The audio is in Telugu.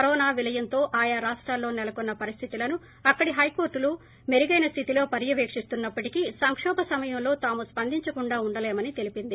కరోనా విలయంతో ఆయా రాష్టాల్లో సెలకొన్న పరిస్థితులను అక్కడి హైకోర్టులు మెరుగైన స్థితిలో పర్యవేణిస్తున్న ప్పటికీ సంకోభ సమయంలో తాము స్పందించకుండా ఉండలేమని తెలిపింది